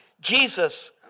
Jesus